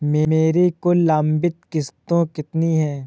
मेरी कुल लंबित किश्तों कितनी हैं?